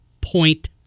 point